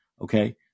Okay